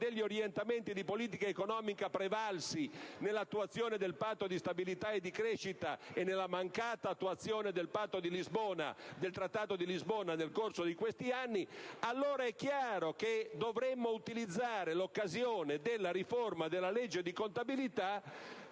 degli orientamenti di politica economica prevalsi nell'attuazione del Patto di stabilità e di crescita e nella mancata attuazione del Trattato di Lisbona nel corso di questi anni, allora è chiaro che dovremmo utilizzare l'occasione della riforma della legge di contabilità